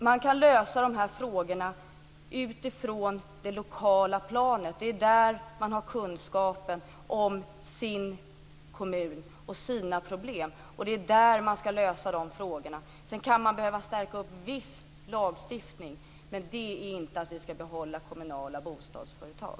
Man kan lösa de här frågorna utifrån det lokala planet. Det är där man har kunskapen om sin kommun och sina problem, och det är där man skall lösa de här frågorna. Sedan kan man behöva stärka upp viss lagstiftning, men det är inte att vi skall behålla kommunala bostadsföretag.